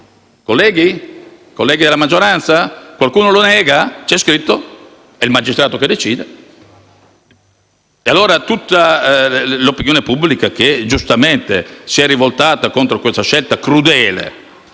no? Sì. Colleghi della maggioranza, qualcuno lo nega? C'è scritto. È il magistrato che decide. Allora con tutta l'opinione pubblica che giustamente si é rivoltata contro quella scelta crudele,